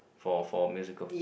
for for a musical